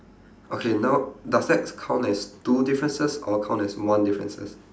okay now does that count as two differences or count as one differences